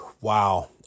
wow